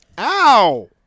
Ow